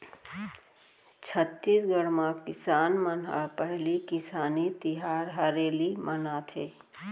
छत्तीसगढ़ म किसान मन ह पहिली किसानी तिहार हरेली मनाथे